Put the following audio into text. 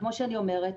כמו שאני אומרת,